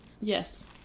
yes